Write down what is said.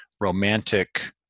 romantic